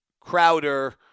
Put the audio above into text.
Crowder